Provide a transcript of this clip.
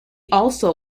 also